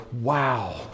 wow